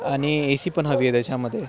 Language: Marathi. आणि एसी पण हवी आहे त्याच्यामध्ये